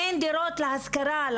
אין דירות להשכרה.